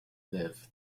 live